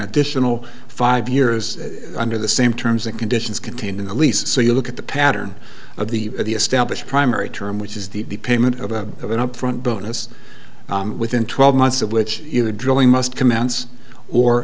additional five years under the same terms and conditions contained in a lease so you look at the pattern of the the established primary term which is the payment of of an upfront bonus within twelve months of which the drilling must commence or